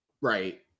Right